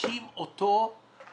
בודקים אותו בפרודוקציה.